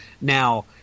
Now